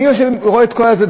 מי רואה את כל הצדדים,